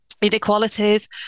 inequalities